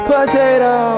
Potato